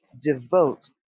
devote